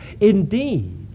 Indeed